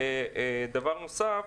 דבר נוסף